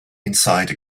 inside